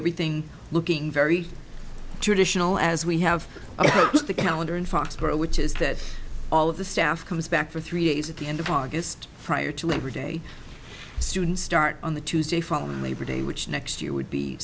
everything looking very traditional as we have the calendar in foxborough which is that all of the staff comes back for three days at the end of august prior to labor day students start on the tuesday following labor day which next year would be